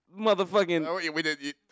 motherfucking